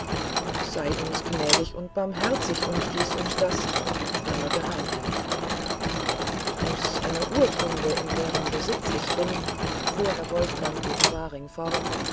sei uns gnädig und barmherzig und dies und das stammelte heimken aus einer urkunde in deren besitz ich bin fuhr herr wolfgang gegen waring fort